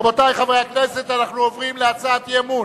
רבותי חברי הכנסת, אנחנו עוברים להצעת האי-אמון